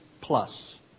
plus